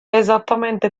esattamente